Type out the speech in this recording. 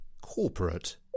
Corporate